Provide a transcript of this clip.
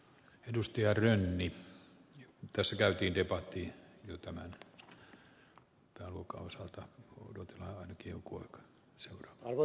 edustaja rönni ja tässä käyty debatti joten rukous ota odotetaankin kuinka arvoisa puhemies